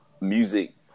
music